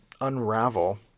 unravel